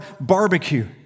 barbecue